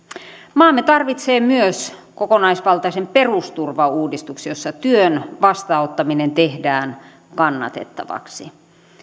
maamme tarvitsee myös kokonaisvaltaisen perusturvauudistuksen jossa työn vastaanottaminen tehdään kannattavaksi